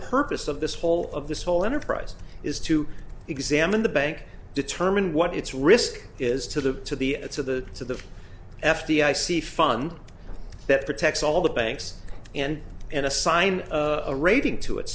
purpose of this whole of this whole enterprise is to examine the bank determine what its risk is to the to the ets of the f d i c fund that protects all the banks and and assign a rating to it